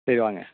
சரி வாங்க